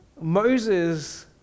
Moses